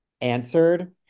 answered